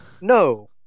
no